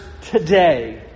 today